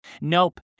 Nope